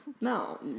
No